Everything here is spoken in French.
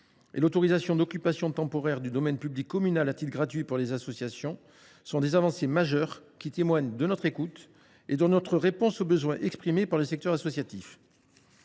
et l’autorisation d’occupation temporaire du domaine public communal à titre gratuit pour les associations sont des avancées majeures qui témoignent de notre écoute et traduisent notre réponse aux besoins exprimés par le secteur associatif.